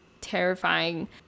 terrifying